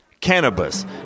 cannabis